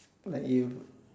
like you